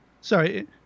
Sorry